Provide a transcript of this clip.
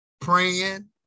praying